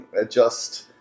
adjust